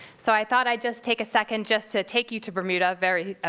so i thought i'd just take a second just to take you to bermuda, very,